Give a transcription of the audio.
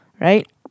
right